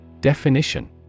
Definition